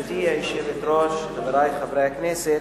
גברתי היושבת-ראש, חברי חברי הכנסת,